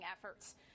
efforts